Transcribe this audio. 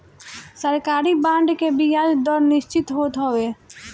सरकारी बांड के बियाज दर निश्चित होत हवे